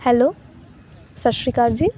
hello ਸਤਿ ਸ਼੍ਰੀ ਅਕਾਲ ਜੀ